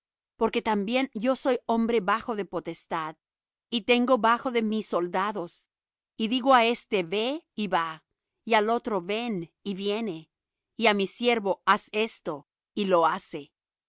porque también yo soy hombre bajo de potestad y tengo bajo de mí soldados y digo á éste ve y va y al otro ven y viene y á mi siervo haz esto y lo hace